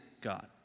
God